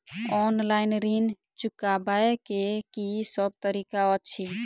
Online ऋण चुकाबै केँ की सब तरीका अछि?